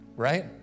right